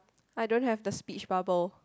I don't have the speech bubble